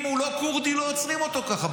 אם הוא לא כורדי, לא עוצרים אותו ככה.